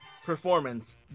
performance